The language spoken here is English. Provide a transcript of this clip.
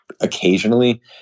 occasionally